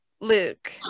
Luke